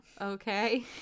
Okay